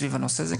סביב הנושא הזה,